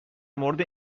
مورد